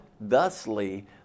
thusly